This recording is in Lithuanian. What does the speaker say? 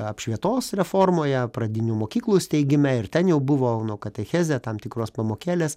apšvietos reformoje pradinių mokyklų steigime ir ten jau buvo nu katechezė tam tikros pamokėlės